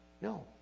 No